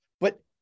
But-